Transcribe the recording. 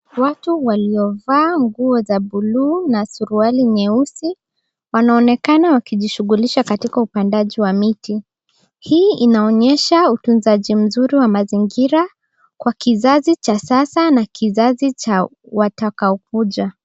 Watu waliovaa nguo za buluu na suruali nyeusi wanaonekana wakijishughulisha katika upandaji wa miti. Hii inaonyesha utunzaji mzuri wa mazingira kwa kizazi cha sasa na kizazi cha watakaokuja.